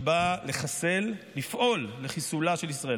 היא באה לפעול לחיסולה של ישראל.